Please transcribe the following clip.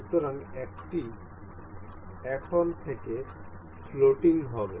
সুতরাং এটি এখন থেকে ফ্লোটিং হবে